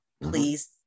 Please